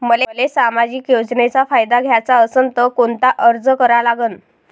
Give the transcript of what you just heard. मले सामाजिक योजनेचा फायदा घ्याचा असन त कोनता अर्ज करा लागन?